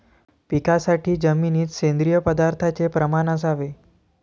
पिकासाठी जमिनीत सेंद्रिय पदार्थाचे प्रमाण असावे